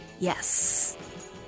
Yes